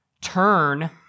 turn